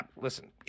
listen